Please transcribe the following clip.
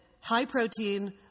high-protein